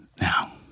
Now